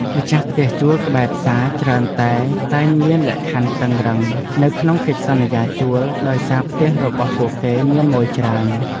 ម្ចាស់ផ្ទះជួលក្បែរផ្សារច្រើនតែតែងមានលក្ខខណ្ឌតឹងរ៉ឹងនៅក្នុងកិច្ចសន្យាជួលដោយសារផ្ទះរបស់ពួកគេមានម៉ូយច្រើន។